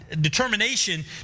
determination